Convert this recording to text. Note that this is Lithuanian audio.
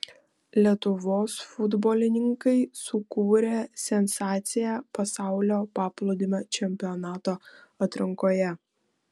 lietuvos futbolininkai sukūrė sensaciją pasaulio paplūdimio čempionato atrankoje